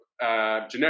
Generic